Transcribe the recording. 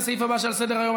לסעיף הבא שעל סדר-היום,